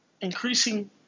Increasing